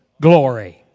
glory